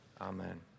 amen